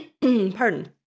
pardon